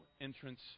entrance